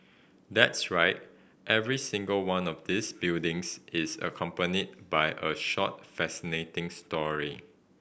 that's right every single one of these buildings is accompanied by a short fascinating story